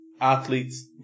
athletes